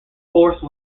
force